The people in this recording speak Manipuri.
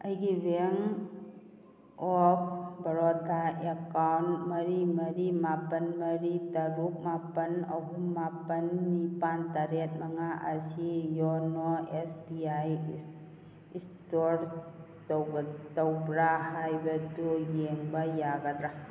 ꯑꯩꯒꯤ ꯕꯦꯡ ꯑꯣꯐ ꯕꯥꯔꯣꯗꯥ ꯑꯦꯀꯥꯎꯟ ꯃꯔꯤ ꯃꯔꯤ ꯃꯥꯄꯜ ꯃꯔꯤ ꯁꯔꯨꯛ ꯃꯥꯄꯜ ꯑꯍꯨꯝ ꯃꯥꯄꯜ ꯅꯤꯄꯥꯜ ꯇꯔꯦꯠ ꯃꯉꯥ ꯑꯁꯤ ꯌꯣꯅꯣ ꯑꯦꯁ ꯕꯤ ꯑꯥꯏ ꯏꯁꯇꯣꯔ ꯇꯧꯕ꯭ꯔꯥ ꯍꯥꯏꯕꯗꯨ ꯌꯦꯡꯕ ꯌꯥꯒꯗ꯭ꯔꯥ